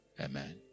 Amen